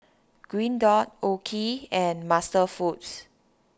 Green Dot Oki and MasterFoods